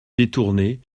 détournée